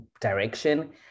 direction